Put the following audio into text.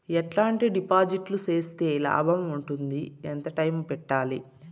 ఎట్లాంటి డిపాజిట్లు సేస్తే లాభం ఉంటుంది? ఎంత టైము పెట్టాలి?